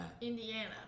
Indiana